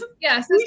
Yes